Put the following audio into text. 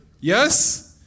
Yes